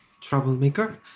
troublemaker